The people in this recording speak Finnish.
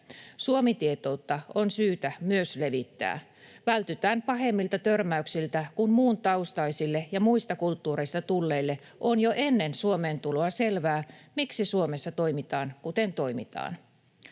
Suomi-tietoutta on syytä myös levittää. Vältytään pahemmilta törmäyksiltä, kun muuntaustaisille ja muista kulttuureista tulleille on jo ennen Suomeen tuloa selvää, miksi Suomessa toimitaan, kuten toimitaan.